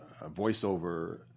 voiceover